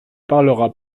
parlera